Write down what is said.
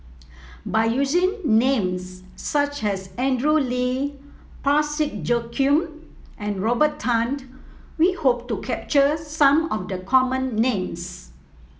by using names such as Andrew Lee Parsick Joaquim and Robert Tan we hope to capture some of the common names